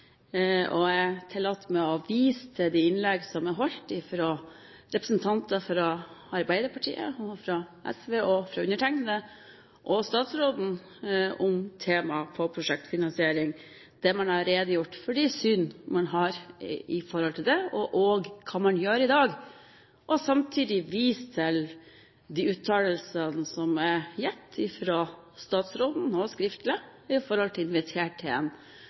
og jeg tillater meg å vise til de innlegg som er holdt fra representanter fra Arbeiderpartiet, fra SV, fra meg og fra statsråden om temaet prosjektfinansiering, der man har redegjort for de syn man har på det, og også hva man gjør i dag. Jeg vil samtidig vise til de uttalelsene som er gitt fra statsråden, også skriftlig, i forhold til å invitere til en